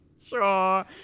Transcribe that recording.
Sure